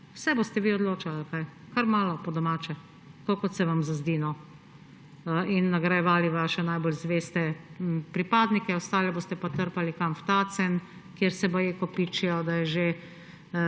vsem boste vi odločali ali kaj? Kar malo po domače. Tako kot se vam zazdi. In nagrajevali vaše najbolj zveste pripadnike, ostale boste pa trpali − kam? V Tacen, kjer se baje kopičijo, da že